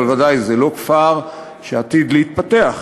אבל בוודאי זה לא כפר שעתיד להתפתח.